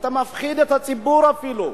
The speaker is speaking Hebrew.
אתה מפחיד את הציבור, אפילו.